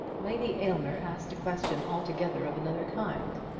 lady aylmer asked a question altogether of another kind.